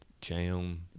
jam